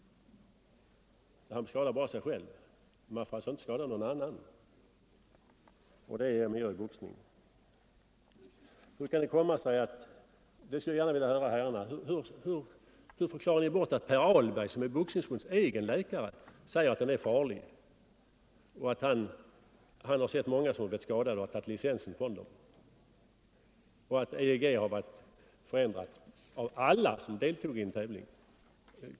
Han skadar bara sig själv. Man får alltså inte skada någon annan. Det är ju det man gör i boxning. Jag skulle gärna vilja höra hur herrarna förklarar att Per Ahlberg, som är boxningsförbundets egen läkare, säger att boxning är farlig. Han har sett många boxare som blivit skadade och tagit licensen ifrån dem. Han säger att EEG förändrades hos alla som deltog i en tävling.